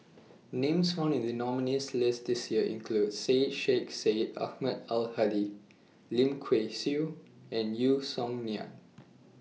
Names found in The nominees' list This Year include Syed Sheikh Syed Ahmad Al Hadi Lim Kay Siu and Yeo Song Nian